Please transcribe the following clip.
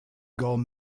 gold